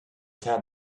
town